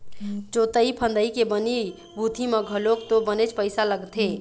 जोंतई फंदई के बनी भूथी म घलोक तो बनेच पइसा लगथे